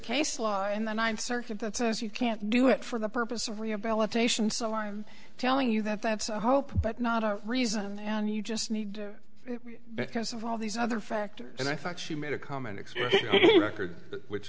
case law in the ninth circuit that says you can't do it for the purpose of rehabilitation so i'm telling you that that's a hope but not a reason and you just need it because of all these other factors and i think she made a comment